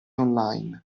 online